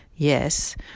yes